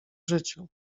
życiu